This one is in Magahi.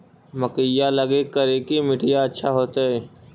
मकईया लगी करिकी मिट्टियां अच्छा होतई